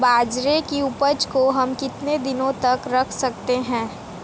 बाजरे की उपज को हम कितने दिनों तक रख सकते हैं?